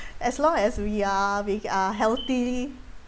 as long as we are we are healthy